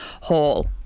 Hall